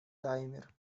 таймер